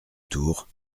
tour